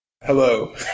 Hello